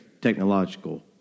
technological